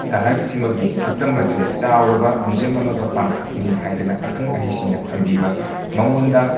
ꯁꯍꯔꯁꯤꯃꯒꯤ ꯁꯛꯇꯝ ꯑꯁꯦ ꯆꯥꯎꯔꯕ ꯃꯤꯌꯨꯖꯝ ꯑꯃꯒ ꯄꯥꯡꯈꯛꯅꯤ ꯍꯥꯏꯗꯅ ꯑꯈꯪ ꯑꯍꯩꯁꯤꯡꯅ ꯊꯝꯕꯤꯕ ꯃꯉꯣꯟꯗ